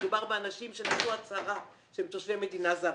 כשמדובר באנשים שנתנו הצהרה שהם תושבי מדינה זרה,